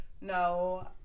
No